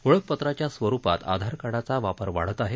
ओळखपत्राच्या स्वरुपात आधारकार्डाचा वापर वाढत आहे